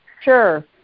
Sure